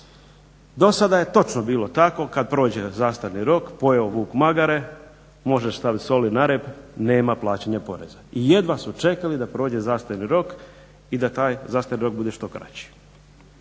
Do sada je točno bilo tako kad prođe zastarni rok pojeo vuk magare, možeš stavit soli na rep nema plaćanja poreza. I jedva su čekali da prođe zastarni rok i da taj zastarni rok bude što kraći.